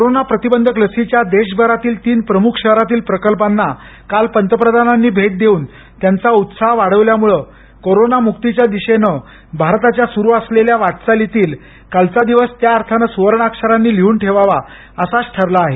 corona प्रतिबंधक लसीच्या देशभरातील तीन प्रमुख शहरातील प्रकल्पाना आज पंतप्रधानांनी भेट देऊन त्यांचा उत्साह वाढवल्यामुळं कोरोना मुक्तीच्या दिशेनं भारताच्या सुरु असलेल्या वाटचालीतील आजचा दिवस त्याअर्थाने सुवर्णाक्षरांनी लिहून ठेवावा असाच ठरला आहे